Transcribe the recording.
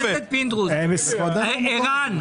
ערן,